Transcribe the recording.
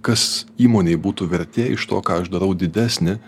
kas įmonei būtų vertė iš to ką aš darau didesnį